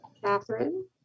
Catherine